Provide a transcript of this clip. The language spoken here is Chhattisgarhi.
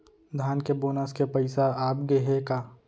धान के बोनस के पइसा आप गे हे का?